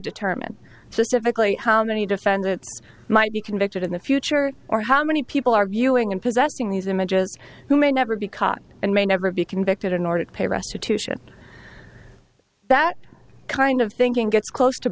determine specific lee how many defendants might be convicted in the future or how many people are viewing and possessing these images who may never be caught and may never be convicted in order to pay restitution that kind of thinking gets close to